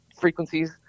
frequencies